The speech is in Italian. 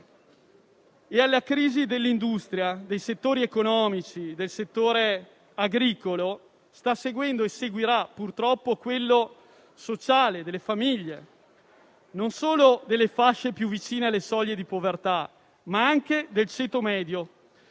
Alla crisi dell'industria, dei settori economici, del settore agricolo, sta seguendo e seguirà purtroppo la crisi sociale, delle famiglie, e non solo delle fasce più vicine alle soglie di povertà, ma anche del ceto medio.